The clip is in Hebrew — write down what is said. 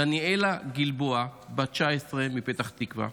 דניאלה גלבוע, בת 19 מפתח תקווה.